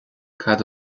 cad